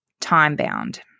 Time-bound